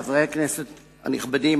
חברי הכנסת הנכבדים,